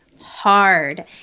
hard